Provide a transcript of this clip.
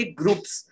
groups